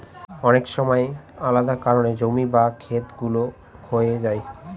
অনেক সময় আলাদা কারনে জমি বা খেত গুলো ক্ষয়ে যায়